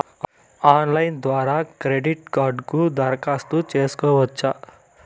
Online ద్వారా credit కార్డుకు దరఖాస్తు సేసుకోవచ్చా?